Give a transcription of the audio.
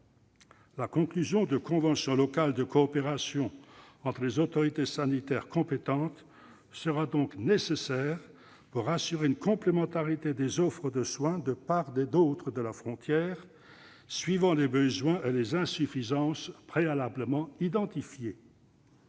La conclusion de conventions locales de coopération entre les autorités sanitaires compétentes sera donc nécessaire pour assurer une complémentarité des offres de soins de part et autre de la frontière, suivant les besoins et les insuffisances préalablement identifiés.